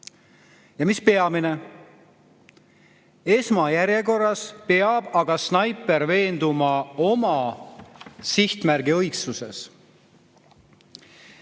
Ja mis peamine, esmajärjekorras peab snaiper veenduma oma sihtmärgi õigsuses.